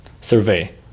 survey